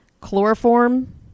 Chloroform